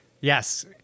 Yes